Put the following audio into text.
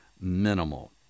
minimal